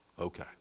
Okay